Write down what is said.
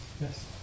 Yes